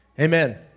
Amen